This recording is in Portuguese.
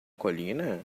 colina